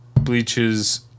bleaches